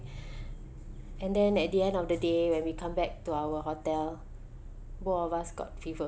and then at the end of the day when we come back to our hotel both of us got fever